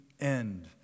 end